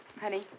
Honey